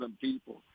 people